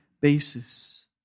basis